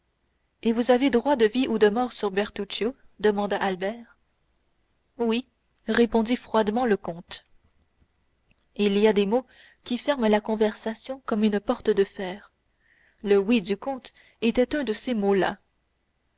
et vous avez droit de vie ou de mort sur bertuccio demanda albert oui répondit froidement le comte il y a des mots qui ferment la conversation comme une porte de fer le oui du comte était un de ces mots-là